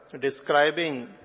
describing